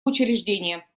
учреждения